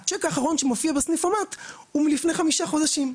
השיק האחרון שמופיע בסניפומט הוא מלפני חמישה חודשים.